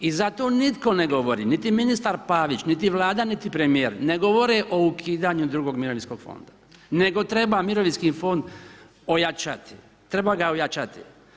I za to nitko ne govori, ni ministar Pavić, niti Vlada, niti premjer, ne govore o ukidanju drugog mirovinskog fonda, nego treba mirovinski fond ojačati, treba ga ojačati.